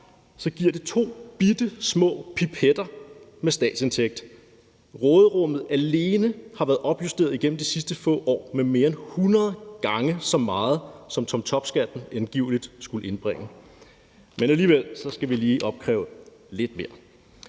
giver det to bittesmå pipetter med statsindtægt. Råderummet alene har været opjusteret igennem de sidste få år med mere end 100 gange så meget, som toptopskatten angiveligt skulle indbringe. Alligevel skal vi lige opkræve lidt mere.